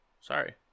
sorry